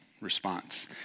Response